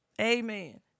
Amen